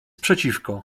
przeciwko